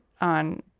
on